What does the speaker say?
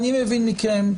אני מבין מכם,